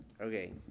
Okay